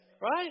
Right